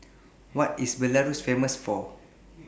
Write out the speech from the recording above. What IS Belarus Famous For